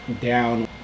down